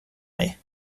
mig